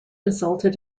resulted